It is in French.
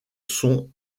son